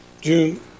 June